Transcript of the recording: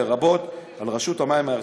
לרבות על רשות המים הארצית,